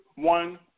One